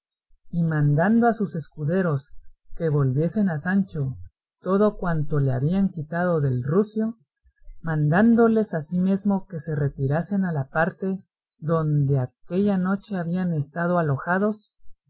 y mandando a sus escuderos que volviesen a sancho todo cuanto le habían quitado del rucio mandándoles asimesmo que se retirasen a la parte donde aquella noche habían estado alojados